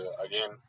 again